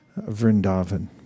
Vrindavan